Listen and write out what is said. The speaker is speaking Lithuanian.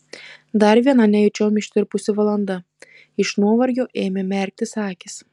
dar viena nejučiom ištirpusi valanda iš nuovargio ėmė merktis akys